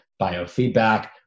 biofeedback